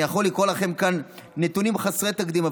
אני יכול לקרוא לכם כאן נתונים חסרי תקדים,